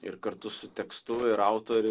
ir kartu su tekstu ir autoriu